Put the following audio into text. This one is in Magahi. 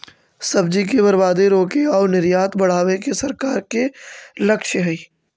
सब्जि के बर्बादी रोके आउ निर्यात बढ़ावे के सरकार के लक्ष्य हइ